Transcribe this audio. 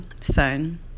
son